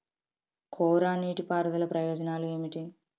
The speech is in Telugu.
కోరా నీటి పారుదల ప్రయోజనాలు ఏమిటి?